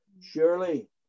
Surely